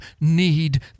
need